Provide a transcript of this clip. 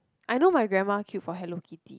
I know my grandma queue for Hello-Kitty